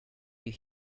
you